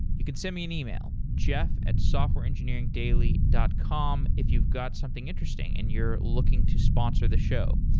you could send me an email, jeff at softwareengineeringdaily dot com if you've got something interesting and you're looking to sponsor the show.